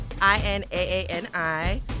I-N-A-A-N-I